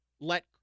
let